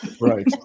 Right